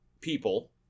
people